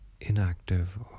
inactive